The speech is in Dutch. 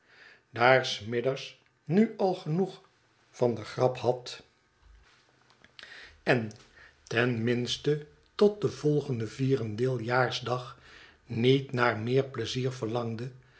daar smithers nu al genoeg van de grap had en ten minste tot den volgenden vierendeeljaarsdag niet naar meer pleizier verlangde